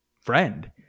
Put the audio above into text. friend